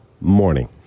morning